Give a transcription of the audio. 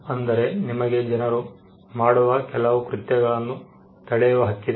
ಅಂದರೆ ನಿಮಗೆ ಜನರು ಮಾಡುವ ಕೆಲವು ಕೃತ್ಯಗಳನ್ನು ತಡೆಯುವ ಹಕ್ಕಿದೆ